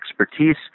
expertise